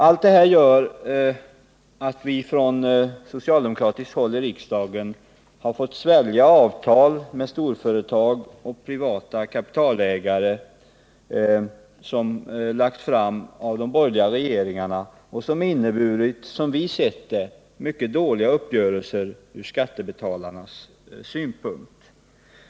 Allt det här gör att vi ifrån socialdemokratiskt håll i riksdagen har fått svälja avtal med storföretag och privata kapitalägare som lagts fram av de borgerliga regeringarna och som inneburit, som vi sett det, mycket dåliga uppgörelser ur skattebetalarnas synpunkt.